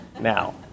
Now